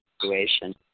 situation